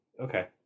Okay